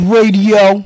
Radio